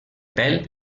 pèl